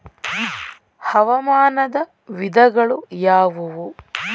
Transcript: ಹವಾಮಾನದ ವಿಧಗಳು ಯಾವುವು?